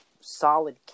solid